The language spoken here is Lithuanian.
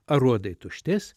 aruodai tuštės